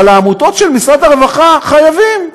אבל בעמותות של משרד הרווחה, חייבים.